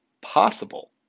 possible